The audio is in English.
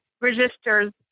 registers